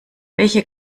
welche